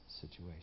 situation